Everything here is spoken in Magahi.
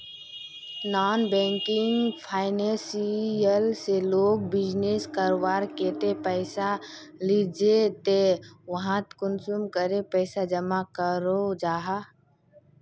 नॉन बैंकिंग फाइनेंशियल से लोग बिजनेस करवार केते पैसा लिझे ते वहात कुंसम करे पैसा जमा करो जाहा?